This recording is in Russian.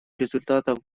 результатов